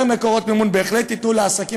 יותר מקורות מימון בהחלט ייתנו לעסקים